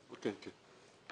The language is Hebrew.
כן, נכון.